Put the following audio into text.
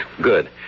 Good